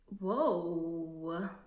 whoa